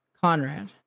Conrad